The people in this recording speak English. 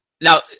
Now